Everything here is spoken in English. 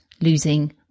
losing